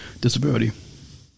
disability